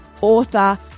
author